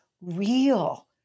real